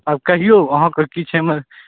आब कहियो अहाँके की छै